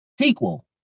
sequel